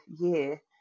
year